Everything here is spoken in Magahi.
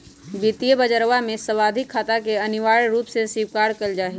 वित्तीय बजरवा में सावधि खाता के अनिवार्य रूप से स्वीकार कइल जाहई